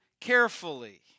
carefully